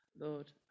lord